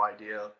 idea